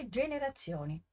generazioni